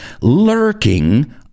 lurking